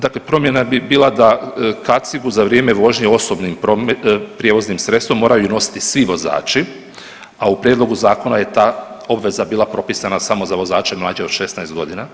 Dakle, promjena bi bila da kacigu za vrijeme vožnje osobnim prijevoznim sredstvom moraju nositi svi vozači, a u prijedlogu zakona je ta obveza bila propisana samo za vozače mlađe od 16 godina.